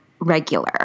regular